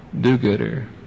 do-gooder